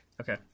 Okay